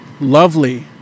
lovely